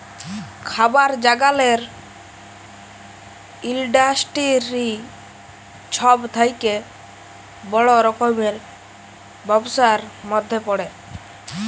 খাবার জাগালের ইলডাসটিরি ছব থ্যাকে বড় রকমের ব্যবসার ম্যধে পড়ে